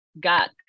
got